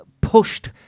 pushed